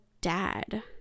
dad